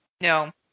No